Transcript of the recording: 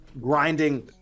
grinding